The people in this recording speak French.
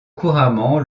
couramment